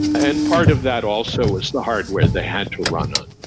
and part of that also was the hardware they had to run on.